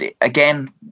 again